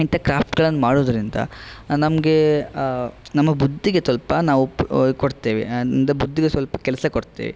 ಇಂಥ ಕ್ರಾಫ್ಟ್ಗಳನ್ನು ಮಾಡೋದ್ರಿಂದ ನಮಗೆ ನಮ್ಮ ಬುದ್ದಿಗೆ ಸ್ವಲ್ಪ ನಾವು ಕೊಡ್ತೇವೆ ಅಂದರೆ ಬುದ್ದಿಗೆ ಸ್ವಲ್ಪ ಕೆಲಸ ಕೊಡ್ತೇವೆ